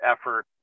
effort